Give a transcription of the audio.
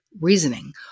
reasoning